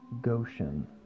Goshen